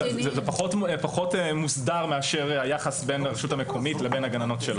זה פחות מוסדר מאשר היחס בין הרשות המקומית לבין הגננות שלה.